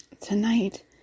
tonight